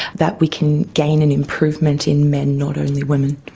that we can gain an improvement in men, not only women.